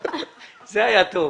זה היה טוב.